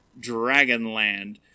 Dragonland